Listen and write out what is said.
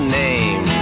name